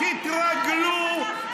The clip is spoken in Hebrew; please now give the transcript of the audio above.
היית רוצה,